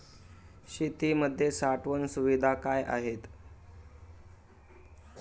शेतीमध्ये साठवण सुविधा काय आहेत?